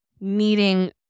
meeting